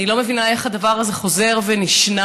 אני לא מבינה איך הדבר הזה חוזר ונשנה,